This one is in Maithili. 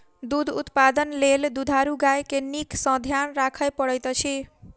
दूध उत्पादन लेल दुधारू गाय के नीक सॅ ध्यान राखय पड़ैत अछि